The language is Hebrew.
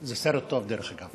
זה סרט טוב, דרך אגב.